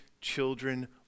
children